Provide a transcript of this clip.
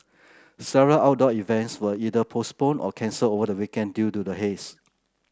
several outdoor events were either postponed or cancelled over the weekend due to the haze